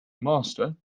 master